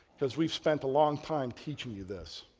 because we've spent a long time teaching you this.